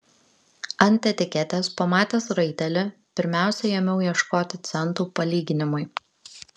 ant etiketės pamatęs raitelį pirmiausia ėmiau ieškoti centų palyginimui